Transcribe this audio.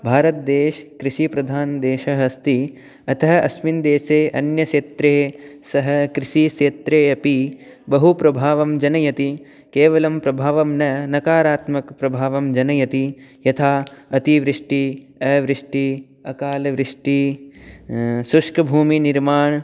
भारतदेशः कृषिप्रधानदेशः अस्ति अतः अस्मिन् देशे अन्यक्षेत्रे सः कृषिक्षेत्रे अपि बहुप्रभावं जनयति केवलं प्रभावं न नकारात्मकप्रभावं जनयति यथा अतिवृष्टिः अवृष्टिः अकालवृष्टिः शुष्कभूमिनिर्माणम्